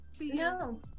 No